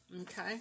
Okay